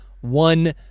one